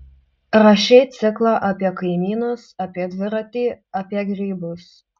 rašei ciklą apie kaimynus apie dviratį apie grybus